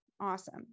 Awesome